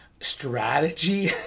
strategy